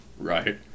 right